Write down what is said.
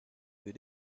with